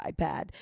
iPad